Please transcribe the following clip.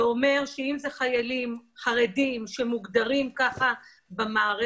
זה אומר שאם אלה חיילים חרדים שמוגדרים כך במערכת,